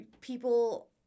People